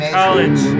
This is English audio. college